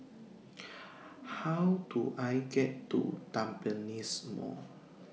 How Do I get to Tampines Mall